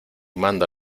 mando